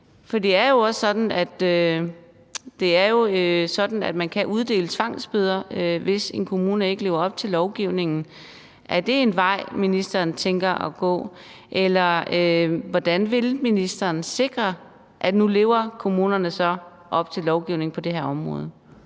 For det er jo også sådan, at man kan uddele tvangsbøder, hvis en kommune ikke lever op til lovgivningen. Er det en vej, ministeren tænker at gå, eller hvordan vil ministeren sikre, at kommunerne nu lever op til lovgivningen på det her område?